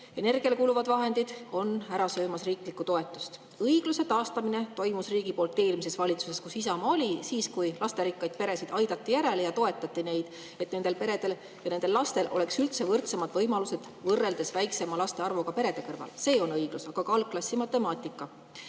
energiale kuluvad vahendid on ära söömas riiklikku toetust. Õigluse taastamine toimus eelmises valitsuses, kus Isamaa oli, kui lasterikkaid peresid aidati järele ja toetati neid, et nendel peredel ja nendel lastel oleks üldse võrdsemad võimalused võrreldes väiksema laste arvuga peredega. See on õiglus, aga ka algklassi matemaatika. Ja